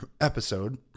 episode